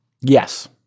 Yes